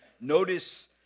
notice